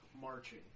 marching